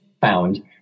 found